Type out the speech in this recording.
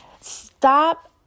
Stop